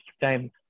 time